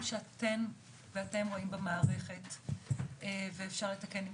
שאתן ואתם רואים במערכת ואפשר לתקן.